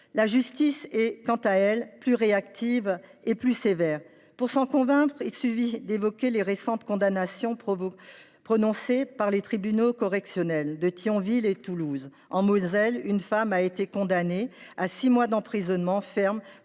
La justice est, quant à elle, plus réactive et plus sévère. Pour s’en convaincre, il suffit d’évoquer les récentes condamnations prononcées par les tribunaux correctionnels de Thionville et de Toulouse. En Moselle, une femme a été condamnée à six mois d’emprisonnement ferme